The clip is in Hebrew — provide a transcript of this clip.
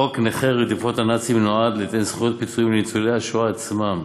חוק נכי רדיפות הנאצים נועד ליתן זכויות ופיצויים לניצולי השואה עצמם.